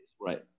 right